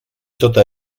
tota